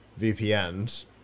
VPNs